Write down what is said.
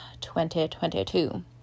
2022